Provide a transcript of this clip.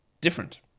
different